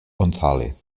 gonzález